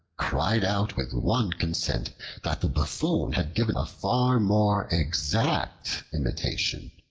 cried out with one consent that the buffoon had given a far more exact imitation,